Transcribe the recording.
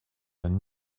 and